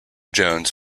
jones